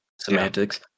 Semantics